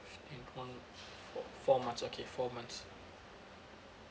it count for four months okay four months